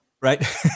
Right